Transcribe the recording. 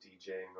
DJing